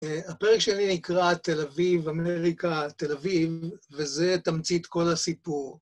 הפרק שלי נקרא תל אביב, אמריקה, תל אביב, וזה תמצית כל הסיפור.